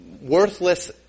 worthless